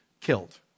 killed